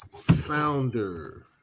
founder